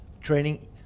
training